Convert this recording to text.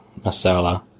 masala